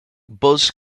buzz